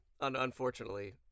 unfortunately